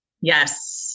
Yes